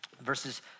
verses